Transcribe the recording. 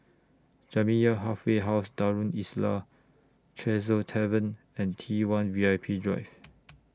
Jamiyah Halfway House Darul Islah Tresor Tavern and T one V I P Drive